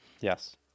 Yes